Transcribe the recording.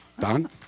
Don